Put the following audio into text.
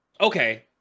okay